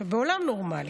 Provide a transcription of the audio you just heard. עכשיו, בעולם נורמלי,